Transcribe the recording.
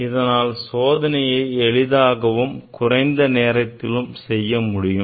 இதனால் சோதனையை எளிதாகவும் குறைந்த நேரத்திலும் செய்ய முடியும்